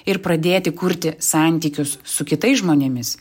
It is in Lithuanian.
ir pradėti kurti santykius su kitais žmonėmis